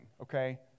okay